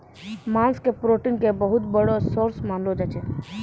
मांस के प्रोटीन के बहुत बड़ो सोर्स मानलो जाय छै